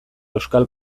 euskal